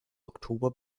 oktober